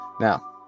Now